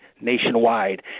nationwide